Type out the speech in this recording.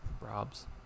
robs